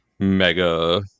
Mega